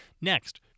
Next